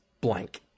blank